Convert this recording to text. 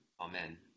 Amen